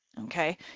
Okay